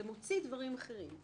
זה מוציא דברים אחרים.